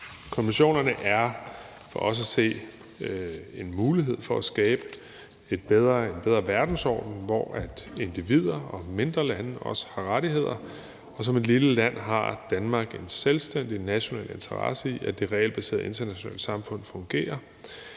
Konventionerne er for os at se en mulighed for at skabe en bedre verdensorden, hvor individer og mindre lande også har rettigheder, og som et lille land har Danmark en selvstændig, national interesse i, at det regelbaserede internationale samfund fungerer.